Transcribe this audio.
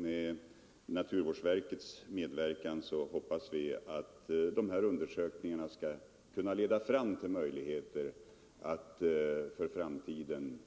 Med naturvårdsverkets medverkan hoppas vi att de pågående undersökningarna kommer att leda fram till möjligheter för framtiden